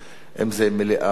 אם זה מליאה או הסרה,